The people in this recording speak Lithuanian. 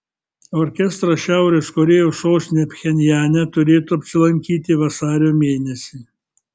orkestras šiaurės korėjos sostinėje pchenjane turėtų apsilankyti vasario mėnesį